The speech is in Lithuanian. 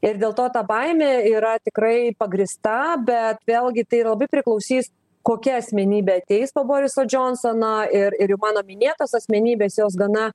ir dėl to ta baimė yra tikrai pagrįsta bet vėlgi tai ir labai priklausys kokia asmenybė ateis po boriso džionsono ir ir jau mano minėtos asmenybės jos gana